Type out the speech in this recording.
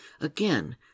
Again